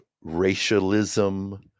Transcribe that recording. racialism